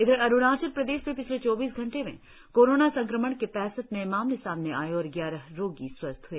इधर अरुणाचल प्रदेश में पिछले चौबीस घंटे में कोरोना संक्रमण के पैंसठ नए मामले सामने आए और ग्यारह रोगी स्वस्थ हए